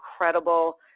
incredible